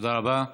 תודה רבה.